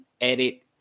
edit